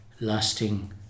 lasting